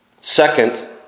Second